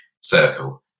circle